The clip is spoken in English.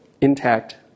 intact